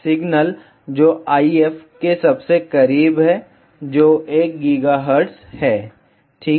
signal जो IF के सबसे करीब है जो 1 GHz है ठीक है